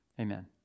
amen